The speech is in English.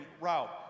route